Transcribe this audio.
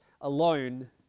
alone